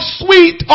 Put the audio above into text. sweet